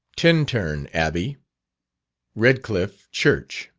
tintern abbey redcliffe church,